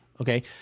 Okay